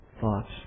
thoughts